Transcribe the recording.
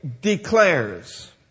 declares